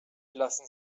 lassen